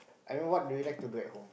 I mean what do you like to do at home